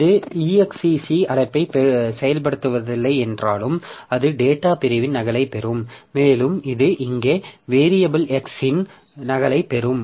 இது exec அழைப்பை செயல்படுத்தவில்லை என்றாலும் அது டேட்டா பிரிவின் நகலைப் பெறும் மேலும் இது இங்கே வேரியபில் x இன் நகலைப் பெறும்